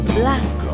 black